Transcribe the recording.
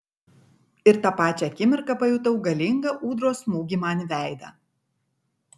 ir tą pačią akimirką pajutau galingą ūdros smūgį man į veidą